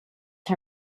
her